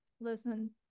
listen